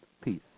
peace